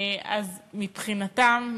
מבחינתם,